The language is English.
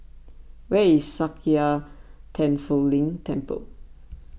where is Sakya Tenphel Ling Temple